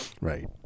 Right